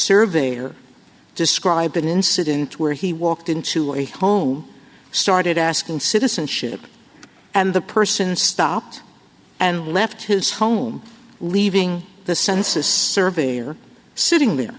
survey or describe an incident where he walked into a home started asking citizenship and the person stopped and left his home leaving the census survey or sitting there